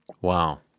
Wow